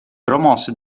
promosse